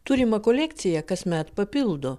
turimą kolekciją kasmet papildo